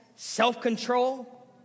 Self-control